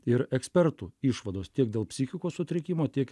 ir ekspertų išvados tiek dėl psichikos sutrikimo tiek